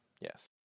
Yes